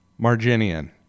Marginian